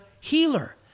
healer